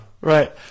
Right